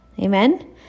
Amen